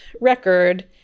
record